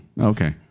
okay